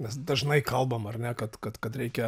mes dažnai kalbam ar ne kad kad kad reikia